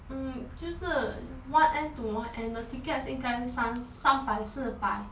mm 就是 one end to one end the tickets 应该是三三百四百